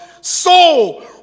soul